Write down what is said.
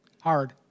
hard